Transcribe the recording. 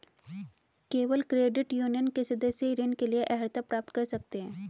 केवल credit union के सदस्य ही ऋण के लिए अर्हता प्राप्त कर सकते हैं